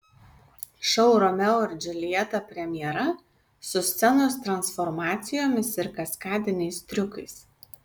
šou romeo ir džiuljeta premjera su scenos transformacijomis ir kaskadiniais triukais